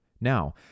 Now